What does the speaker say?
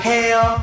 Hell